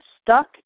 stuck